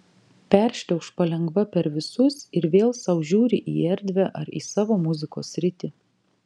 peršliauš palengva per visus ir vėl sau žiūri į erdvę ar į savo muzikos sritį